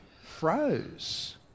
froze